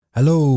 Hello